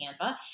Canva